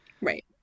Right